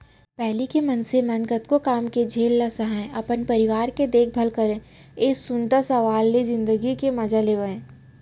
पहिली के मनसे मन कतको काम के झेल ल सहयँ, अपन परिवार के देखभाल करतए सुनता सलाव ले जिनगी के मजा लेवयँ